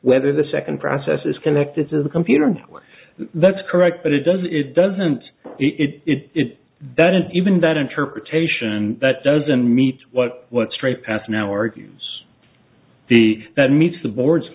whether the second process is connected to the computer that's correct but it does it doesn't it that is even that interpretation that doesn't meet what what straight path now argues the that meets the board